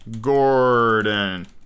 Gordon